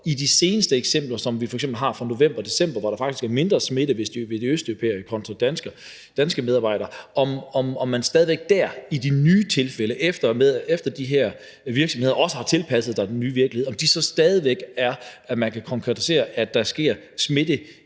i de seneste eksempler, som vi f.eks. har fra november-december, er der faktisk mindre smitte hos de østeuropæiske kontra de danske medarbejdere. Men er det så stadig væk sådan, at man dér, altså i de nye tilfælde, efter at de her virksomheder også har tilpasset sig den nye virkelighed, kan konkretisere, at der sker smitte